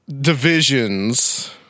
divisions